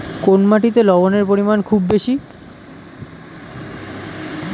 কোন মাটিতে লবণের পরিমাণ খুব বেশি?